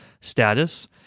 status